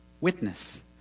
witness